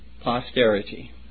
posterity